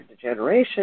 degeneration